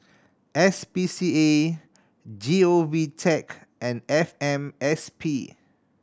S P C A G O V Tech and F M S P